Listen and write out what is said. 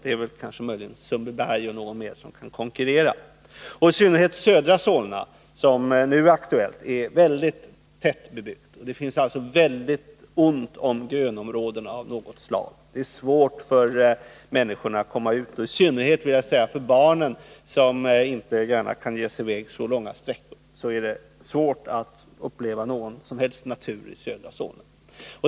Det är möjligen Sundbyberg och någon mer som kan konkurrera. I synnerhet södra Solna, som nu är aktuellt, är mycket tätbebyggt. Det finns alltså mycket ont om grönområden av något slag. Det är svårt för människorna — och då i synnerhet för barnen, som inte gärna kan ge sig i väg några längre sträckor — att i södra Solna uppleva någon som helst natur.